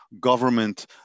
government